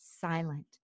silent